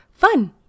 fun